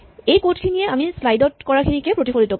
এই কড খিনিয়ে আমি শ্লাইড ত কৰাখিনিকে প্ৰতিফলিত কৰে